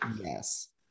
Yes